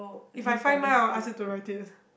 if I find mine oh ask you to write it